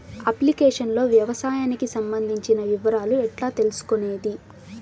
Application లో వ్యవసాయానికి సంబంధించిన వివరాలు ఎట్లా తెలుసుకొనేది?